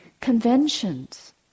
conventions